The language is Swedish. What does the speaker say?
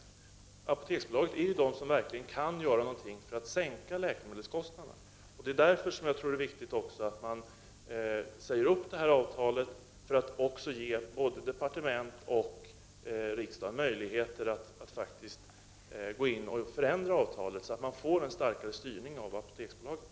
Det är ju Apoteksbolaget som verkligen kan göra någonting för att sänka läkemedelskostnaderna! Det är också därför jag tror att det är viktigt att man säger upp avtalet för att ge både departementet och riksdagen möjlighet att faktiskt gå in och förändra avtalet i riktning mot en starkare styrning av Apoteksbolaget.